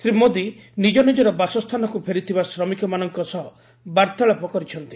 ଶ୍ରୀ ମୋଦି ନିଜନିଜର ବାସସ୍ଥାନକୁ ଫେରିଥିବା ଶ୍ରମିକମାନଙ୍କ ସହ ବାର୍ତ୍ତାଳାପ କରିଛନ୍ତି